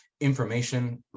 information